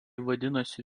vadinosi